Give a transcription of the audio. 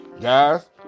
guys